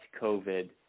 COVID